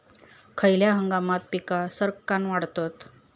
खयल्या हंगामात पीका सरक्कान वाढतत?